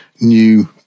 new